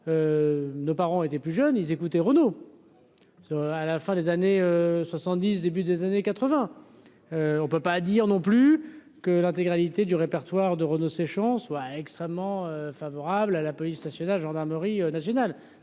nos parents étaient plus jeunes, ils écoutez Renault à la fin des années 70 début des années 80 on ne peut pas dire non plus que l'intégralité du répertoire de Renaud Séchan soit extrêmement favorable à la police nationale et gendarmerie nationale